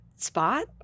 spot